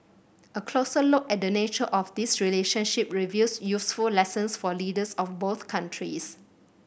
a closer look at the nature of this relationship reveals useful lessons for leaders of both countries